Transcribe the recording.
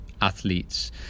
athletes